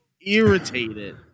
irritated